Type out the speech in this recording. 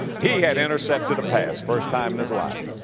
he had intercepted a pass first time in his life.